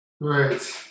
right